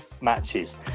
matches